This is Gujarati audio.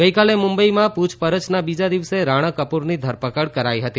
ગઈકાલે મુંબઈમાં પૂછપરછના બીજા દિવસે રાણા કપૂરની ધરપકડ કરાઈ હતી